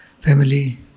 family